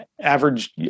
average